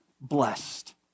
blessed